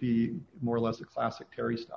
be more or less a classic terrorist